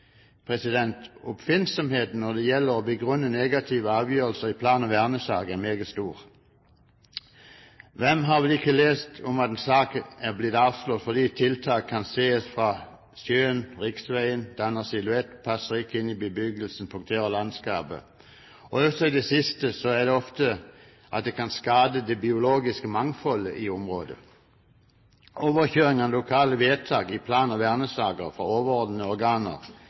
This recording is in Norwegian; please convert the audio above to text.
Oppfinnsomheten når det gjelder å begrunne negative avgjørelser i plan- og vernesaker, er meget stor. Hvem har vel ikke lest om at saken er avslått fordi tiltaket kan sees fra sjøen, fra riksveien, danner silhuett, passer ikke inn i bebyggelsen, punkterer landskapet? I det siste er begrunnelsen ofte at det kan skade det biologiske mangfoldet i området. Overkjøringen av lokale vedtak i plan- og vernesaker fra overordnede organer